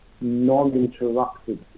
non-interrupted